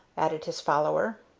added his follower.